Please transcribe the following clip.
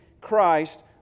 Christ